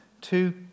two